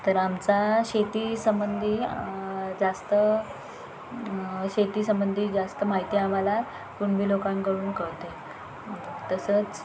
तर आमचा शेतीसंबंधी जास्त शेतीसंबंधी जास्त माहिती आम्हाला कुणवी लोकांकडून कळते तसंच